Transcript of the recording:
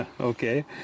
Okay